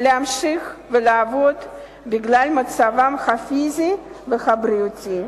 להמשיך ולעבוד בגלל מצבם הפיזי והבריאותי.